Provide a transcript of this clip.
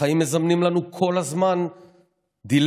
החיים מזמנים לנו כל הזמן דילמות